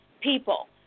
people